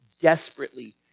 desperately